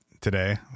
today